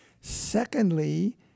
secondly